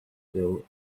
still